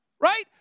right